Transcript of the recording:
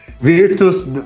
Virtus